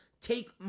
take